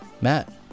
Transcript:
Matt